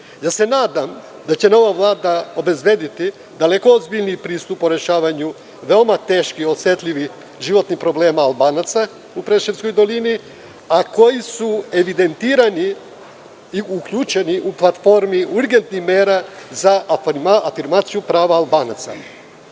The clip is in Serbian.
Nadam se da će nova Vlada obezbediti daleko ozbiljniji pristup u rešavanju veoma teških, osetljivih životnih problema Albanaca u Preševskoj dolini, a koji su evidentirani i uključeni u platformi urgentnih mera za afirmaciju prava Albanaca. Ovaj